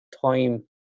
time